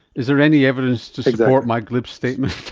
is there any evidence to support my glib statement